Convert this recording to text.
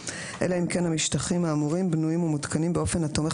אלא אם כן המשטחים האמורים בנויים ומותקנים באופן התומך